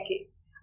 decades